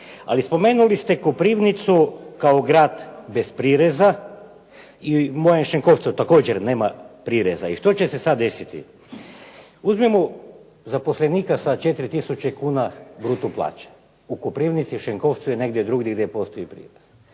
Ali spomenuli ste Koprivnicu kao grad bez prireza, i u mojem Šenkovcu također nema prireza. I što će se sada desiti? Uzmimo zaposlenika sa 4 tisuće kuna bruto plaće u Koprivnici, Šenkovcu i negdje drugdje gdje postoji prirez.